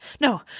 No